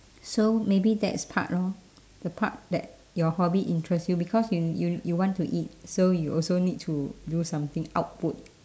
so maybe that is part lor the part that your hobby interest you because you you you want to eat so you also need to do something output